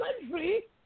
country